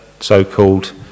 so-called